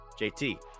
JT